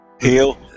Heal